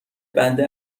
بنده